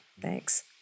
Thanks